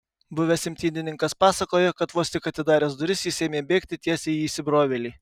buvęs imtynininkas pasakojo kad vos tik atidaręs duris jis ėmė bėgti tiesiai į įsibrovėlį